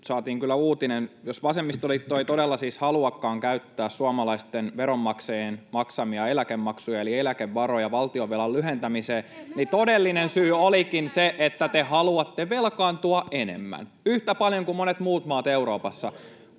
saatiin kyllä uutinen. Jos vasemmistoliitto ei todella siis haluakaan käyttää suomalaisten veronmaksajien maksamia eläkemaksuja, eli eläkevaroja, valtionvelan lyhentämiseen, niin todellinen syy olikin se, että te haluatte velkaantua enemmän, yhtä paljon kuin monet muut maat Euroopassa.